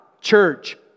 church